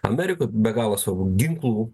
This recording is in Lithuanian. amerikoj be galo savo ginklų